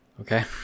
Okay